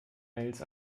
mails